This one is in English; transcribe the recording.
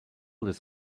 this